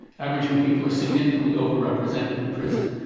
aboriginal people are significantly overrepresented in prison,